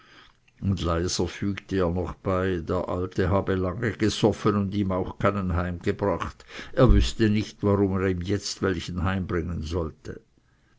und leiser fügte er noch bei der alte habe lange gesoffen und ihm auch keinen heimgebracht er wüßte nicht warum er ihm jetzt heimbringen sollte